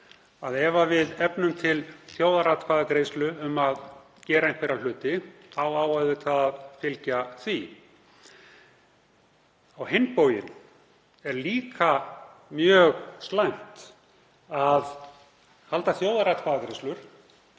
að ef við efnum til þjóðaratkvæðagreiðslu um að gera einhverja hluti þá eigi auðvitað að fylgja því. Á hinn bóginn er líka mjög slæmt að halda þjóðaratkvæðagreiðslur